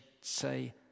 say